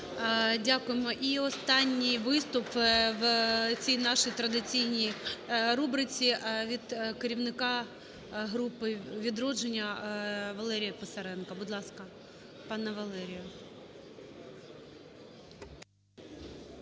Дякуємо. І останній виступ в цій нашій традиційній рубриці від керівника групи "Відродження" Валерія Писаренка. Будь ласка, пане Валерію.